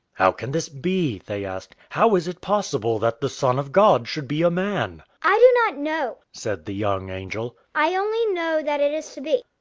how can this be? they asked. how is it possible that the son of god should be a man? i do not know, said the young angel. i only know that it is to be.